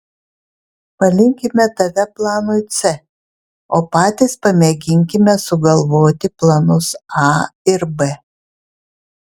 palikime tave planui c o patys pamėginkime sugalvoti planus a ir b